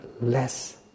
less